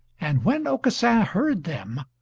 and when aucassin heard them,